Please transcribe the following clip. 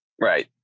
Right